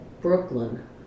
Brooklyn